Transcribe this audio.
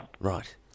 right